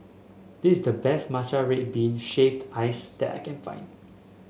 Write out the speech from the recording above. this is the best Matcha Red Bean Shaved Ice that I can find